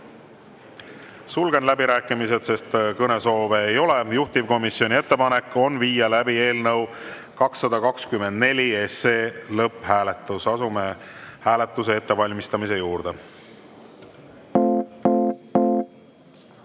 Sulgen läbirääkimised, sest kõnesoove ei ole. Juhtivkomisjoni ettepanek on viia läbi eelnõu 224 lõpphääletus. Asume hääletuse ettevalmistamise juurde.